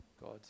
God